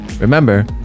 Remember